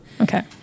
okay